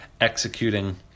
executing